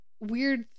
weird